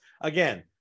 again –